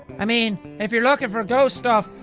i mean if you're looking for ghost stuff,